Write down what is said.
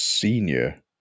senior